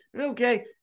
Okay